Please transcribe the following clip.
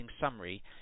summary